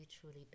truly